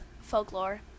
folklore